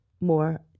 more